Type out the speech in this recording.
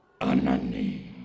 Anani